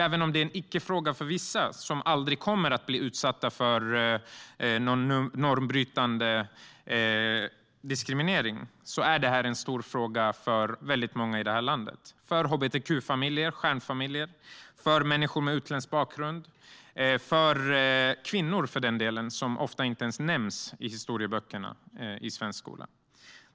Även om det är en icke-fråga för vissa som aldrig kommer att bli utsatta för någon normbrytande diskriminering är det en stor fråga för många i det här landet: för hbtq-familjer och stjärnfamiljer, för människor med utländsk bakgrund och för kvinnor, för den delen, som ofta inte ens nämns i historieböckerna i svensk skola.